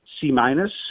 C-minus